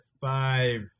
five